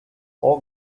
hall